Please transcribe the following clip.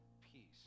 peace